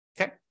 okay